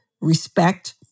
respect